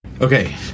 Okay